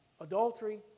Adultery